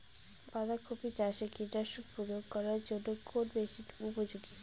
বাঁধা কপি চাষে কীটনাশক প্রয়োগ করার জন্য কোন মেশিন উপযোগী?